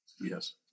Yes